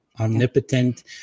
omnipotent